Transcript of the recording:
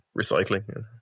recycling